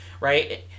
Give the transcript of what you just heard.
right